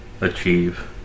achieve